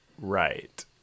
Right